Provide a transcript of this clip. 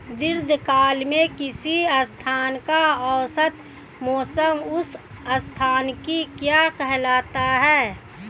दीर्घकाल में किसी स्थान का औसत मौसम उस स्थान की क्या कहलाता है?